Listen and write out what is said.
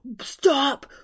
stop